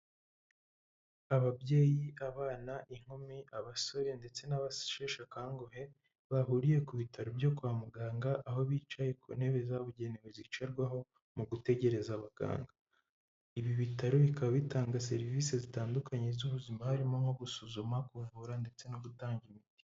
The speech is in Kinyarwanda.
Ababyeyi, abana, inkumi, abasore ndetse n'abasheshe akanguhe, bahuriye ku bitaro byo kwa muganga; aho bicaye ku ntebe zabugenewe zicarwaho mu gutegereza abaganga. Ibi bitaro bikaba bitanga serivisi zitandukanye z'ubuzima; harimo nko gusuzuma, kuvura ndetse no gutanga imiti.